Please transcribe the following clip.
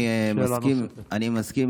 אני מסכים,